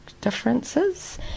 differences